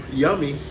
yummy